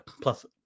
plus